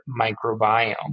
microbiome